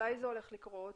מתי זה הולך לקרות.